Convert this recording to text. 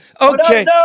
Okay